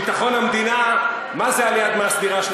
ביטחון המדינה, מה זה עליית מס דירה שלישית?